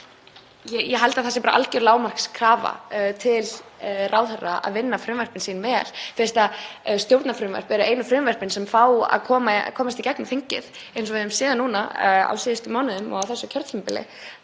Ég held að það sé algjör lágmarkskrafa til ráðherra að vinna frumvörpin sín vel fyrst stjórnarfrumvörp eru einu frumvörpin sem fá að koma að komast í gegnum þingið eins og við höfum séð núna á síðustu mánuðum og á þessu kjörtímabili.